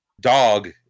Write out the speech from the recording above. dog